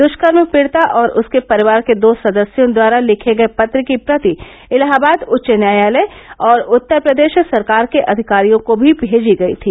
दृष्कर्म पीडिता और उसके परिवार के दो सदस्यों द्वारा लिखे गए पत्र की प्रति इलाहाबाद उच्च न्यायालय और उत्तर प्रदेश सरकार के अधिकारियों को भी भेजी गई थी